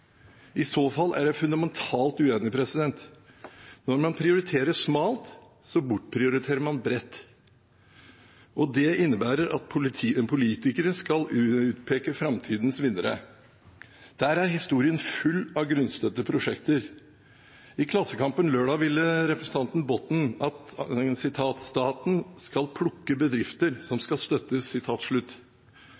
I så fall er jeg fundamentalt uenig. Når man prioriterer smalt, bortprioriterer man bredt. Det innebærer at politikere skal utpeke framtidas vinnere. Der er historien full av grunnstøtte prosjekter. Ifølge Klassekampen lørdag ville representanten Botten at staten burde «håndplukke hvilke bedrifter som